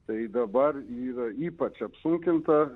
tai dabar yra ypač apsunkinta